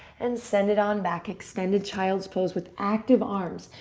and send it on back. extended child's pose with active arms.